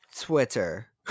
Twitter